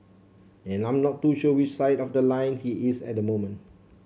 and I'm not too sure which side of the line he is at the moment